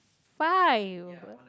five